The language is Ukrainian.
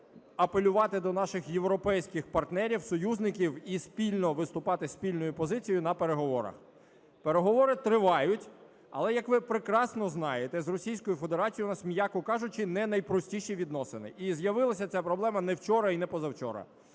апелювати до наших європейських партнерів, союзників і спільно виступати із спільною позицією на переговорах. Переговори тривають. Але як ви прекрасно знаєте, з Російською Федерацією у нас, м'яко кажучи, не найпростіші відносини. І з'явилася ця проблема не вчора і не позавчора.